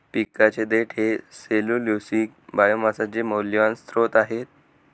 पिकाचे देठ हे सेल्यूलोसिक बायोमासचे मौल्यवान स्त्रोत आहे